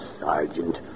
Sergeant